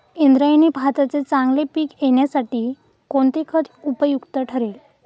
इंद्रायणी भाताचे चांगले पीक येण्यासाठी कोणते खत उपयुक्त ठरेल?